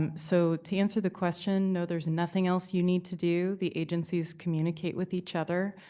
um so to answer the question, no, there's nothing else you need to do. the agencies communicate with each other.